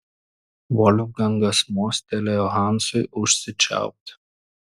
volfgangas mostelėjo hansui užsičiaupti